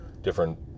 different